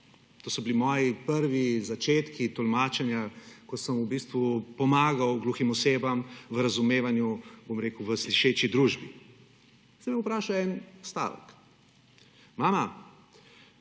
to so bili moji prvi začetki tolmačenja, ko sem v bistvu pomagal gluhim osebam v razumevanju, bom rekel, v slišeči družbi, sem jo vprašal en stavek: »Mama,